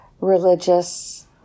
religious